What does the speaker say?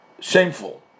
shameful